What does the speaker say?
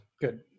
good